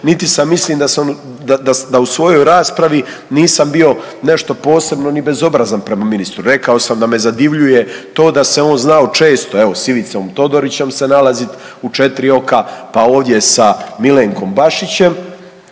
niti sam, mislim da su svojoj raspravi nisam bio nešto posebno ni bezobrazan prema ministru. Rekao sam da me zadivljuje to da se on znao često evo s Ivicom Todorićem se nalaziti u 4 oka, pa ovdje sa Milenkom Bašićem,